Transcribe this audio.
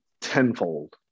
tenfold